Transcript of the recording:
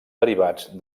derivats